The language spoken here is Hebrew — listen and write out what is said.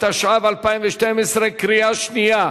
התשע"ב 2012, בקריאה שנייה.